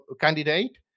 candidate